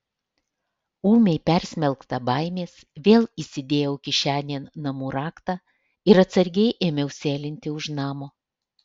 ūmiai persmelkta baimės vėl įsidėjau kišenėn namų raktą ir atsargiai ėmiau sėlinti už namo